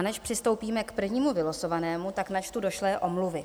Než přistoupíme k prvnímu vylosovanému, načtu došlé omluvy.